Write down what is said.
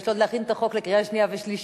יש לו עוד להכין את החוק לקריאה שנייה ושלישית.